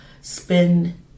spend